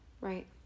Right